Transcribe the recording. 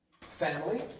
Family